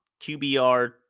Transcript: QBR